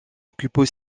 occupent